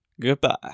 Goodbye